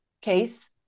case